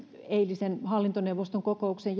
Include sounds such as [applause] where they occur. eilisen hallintoneuvoston kokouksen [unintelligible]